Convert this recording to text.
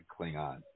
Klingon